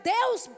Deus